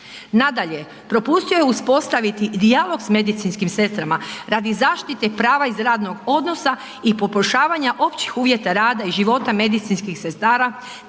Nadalje, propustio je uspostaviti dijalog s medicinskim sestrama radi zaštite prava iz radnog odnosa i poboljšavanja općih uvjeta rada i života medicinskih sestara